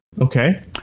okay